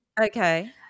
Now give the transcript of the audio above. okay